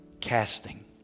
casting